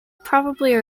probably